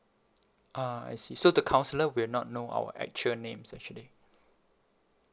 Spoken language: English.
ah I see so the counsellor will not know our actual names actually